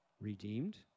redeemed